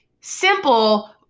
Simple